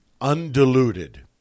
undiluted